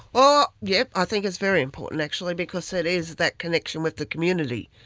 but yeah i think it's very important actually because it is that connection with the community,